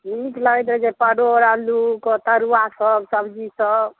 नीक लागैत छै जे परोड़ आलूके तरुआसभ सब्जीसभ